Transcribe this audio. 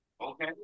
okay